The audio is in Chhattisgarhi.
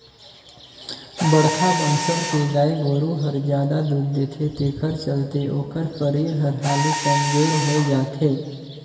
बड़खा बनसल के गाय गोरु हर जादा दूद देथे तेखर चलते ओखर सरीर हर हालु कमजोर होय जाथे